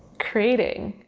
creating.